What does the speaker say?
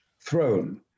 throne